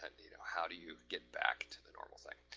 and how do you get back to the normal side.